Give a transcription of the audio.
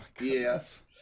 Yes